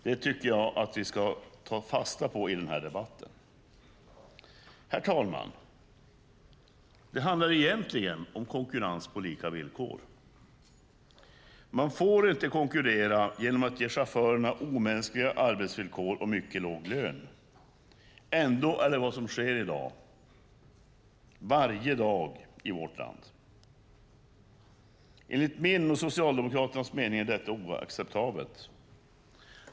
Det tycker jag att vi ska ta fasta på i den här debatten. Herr talman! Det handlar egentligen om konkurrens på lika villkor. Man får inte konkurrera genom att ge chaufförerna omänskliga arbetsvillkor och mycket låg lön. Ändå är det vad som sker varje dag i vårt land. Enligt min och Socialdemokraternas mening är detta oacceptabelt.